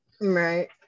Right